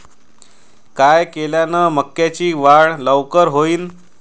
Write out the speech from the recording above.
काय केल्यान मक्याची वाढ लवकर होईन?